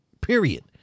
period